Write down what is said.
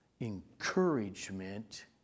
encouragement